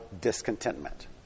discontentment